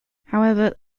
however